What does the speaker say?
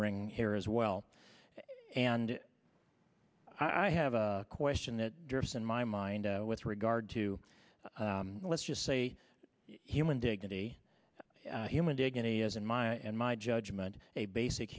bring here as well and i have a question that drifts in my mind with regard to let's just say human dignity human dignity is in my and my judgment a basic